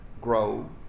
grow